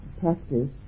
practice